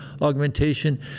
augmentation